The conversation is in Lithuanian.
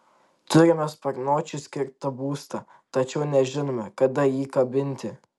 turime sparnuočiui skirtą būstą tačiau nežinome kada jį kabinti